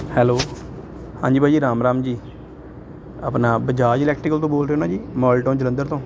hello ਹਾਂਜੀ ਭਾਅ ਜੀ ਰਾਮ ਰਾਮ ਜੀ ਆਪਣਾ ਬਜਾਜ ਇਲੈਕਟੀਕਲ ਤੋਂ ਬੋਲ ਰਹੇ ਹੋ ਨਾ ਜੀ ਮੋਡਲ ਟਾਊਨ ਜਲੰਧਰ ਤੋਂ